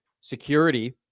security